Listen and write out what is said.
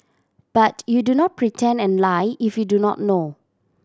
but you do not pretend and lie if you do not know